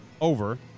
over